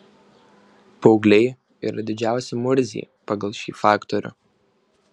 paaugliai yra didžiausi murziai pagal šį faktorių